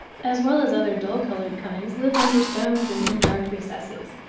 as well as other dull-coloured kinds live under stones and in dark recesses.